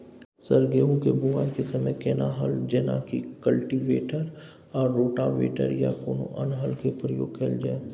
Sir गेहूं के बुआई के समय केना हल जेनाकी कल्टिवेटर आ रोटावेटर या कोनो अन्य हल के प्रयोग कैल जाए?